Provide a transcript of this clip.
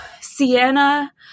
Sienna